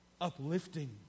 uplifting